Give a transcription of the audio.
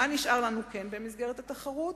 מה כן נשאר לנו במסגרת התחרות